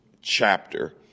chapter